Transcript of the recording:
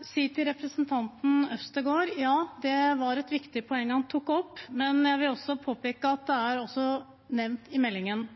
si til representanten Øvstegård: Ja, det var et viktig poeng han tok opp, men jeg vil også påpeke at det er nevnt i meldingen.